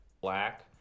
black